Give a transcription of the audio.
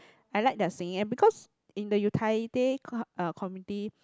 I like their singing eh because in the utaite uh committee